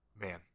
man